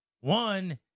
one